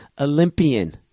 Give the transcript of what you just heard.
Olympian